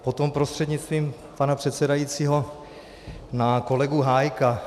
Potom prostřednictvím pana předsedajícího na kolegu Hájka.